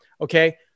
Okay